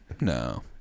No